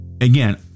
again